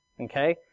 okay